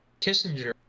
Kissinger